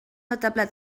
notable